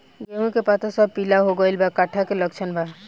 गेहूं के पता सब पीला हो गइल बा कट्ठा के लक्षण बा?